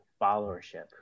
Followership